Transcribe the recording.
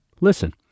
listen